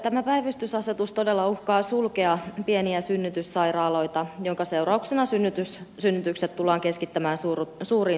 tämä päivystysasetus todella uhkaa sulkea pieniä synnytyssairaaloita minkä seurauksena synnytykset tullaan keskittämään suuriin synnytysyksiköihin